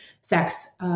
sex